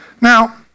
Now